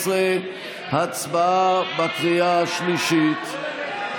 11). הצבעה בקריאה השלישית.